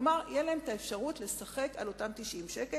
כלומר, תהיה להן אפשרות לשחק על אותם 90 שקל.